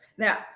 Now